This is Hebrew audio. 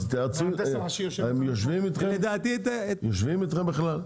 הם יושבים איתכם בכלל?